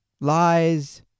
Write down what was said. lies